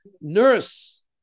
nurse